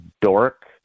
dork